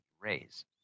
raise